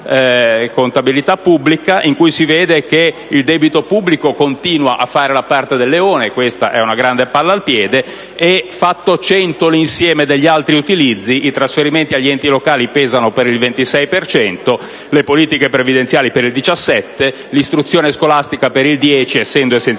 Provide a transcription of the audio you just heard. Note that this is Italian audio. contabilità pubblica, da cui emerge che il debito pubblico continua a fare la parte del leone (e questa è una grande palla al piede) e, fatto cento l'insieme degli altri utilizzi, i trasferimenti agli enti locali pesano per il 26 per cento, le politiche previdenziali per il 17 per cento, l'istruzione scolastica per il 10, essendo costituita